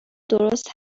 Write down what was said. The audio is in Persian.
درست